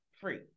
free